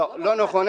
תנו לו לדבר.